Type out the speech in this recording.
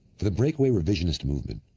the breakaway revisionist movement,